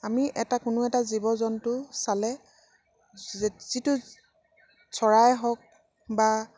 আমি এটা কোনো এটা জীৱ জন্তু চালে যিটো চৰাই হওক বা